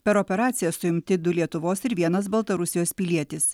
per operaciją suimti du lietuvos ir vienas baltarusijos pilietis